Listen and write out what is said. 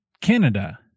Canada